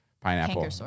Pineapple